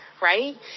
Right